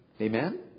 Amen